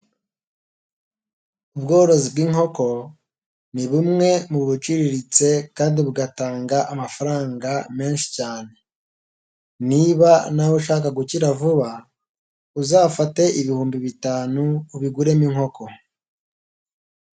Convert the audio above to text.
Ubworozi bw'inkoko ni bumwe mu buciriritse kandi bugatanga amafaranga menshi cyane, niba nawe ushaka gukira vuba uzafate ibihumbi bitanu ubiguremo inkoko.